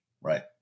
right